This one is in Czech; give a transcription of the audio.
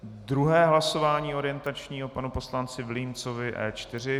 Druhé hlasování orientační o panu poslanci Vilímcovi E4.